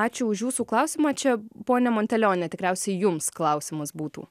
ačiū už jūsų klausimą čia ponia monteleone tikriausiai jums klausimas būtų